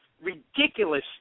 ridiculous